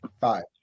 Five